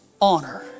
honor